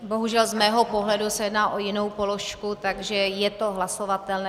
Bohužel z mého pohledu se jedná o jinou položku, takže je to hlasovatelné.